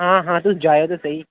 हां हां तुस जाएओ ते सेही